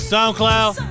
SoundCloud